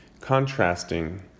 contrasting